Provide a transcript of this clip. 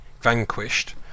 vanquished